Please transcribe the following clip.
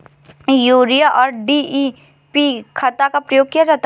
urea और DAP खाद का प्रयोग किया जाता है